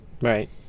Right